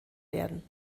werden